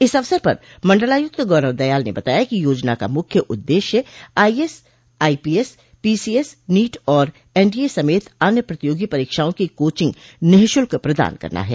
इस अवसर पर मण्डलायुक्त गौरव दयाल ने बताया कि योजना का मुख्य उद्देश्य आईएएस आईपीएस पीसीएस नीट और एनडीए समेत अन्य प्रतियोगी परीक्षाओं की कोचिंग निःशुल्क प्रदान करना है